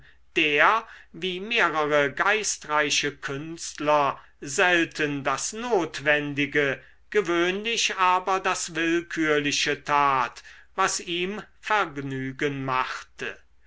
der wie mehrere geistreiche künstler selten das notwendige gewöhnlich aber das willkürliche tat was ihm vergnügen machte